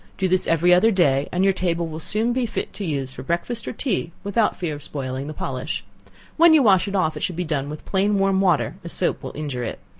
do this every other day and your table will soon be fit to use for breakfast or tea without fear of spoiling the polish when you wash it off it should be done with plain warm water, as soap will injure it.